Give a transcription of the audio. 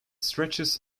stretches